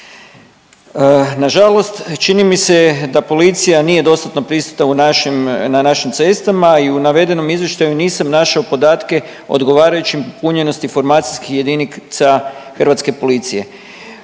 Nažalost čini mi se da policija nije dostatno prisutna u našim, na našim cestama i u navedenom izvještaju nisam našao podatke odgovarajućim punjenosti informacijskih jedinica hrvatske policije,